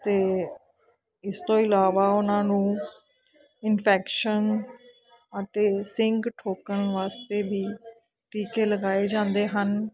ਅਤੇ ਇਸ ਤੋਂ ਇਲਾਵਾ ਉਹਨਾਂ ਨੂੰ ਇਨਫੈਕਸ਼ਨ ਅਤੇ ਸਿੰਗ ਠੋਕਣ ਵਾਸਤੇ ਵੀ ਟੀਕੇ ਲਗਾਏ ਜਾਂਦੇ ਹਨ